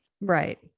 Right